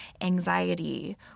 anxiety